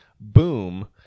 boom